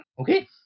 okay